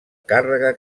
càrrega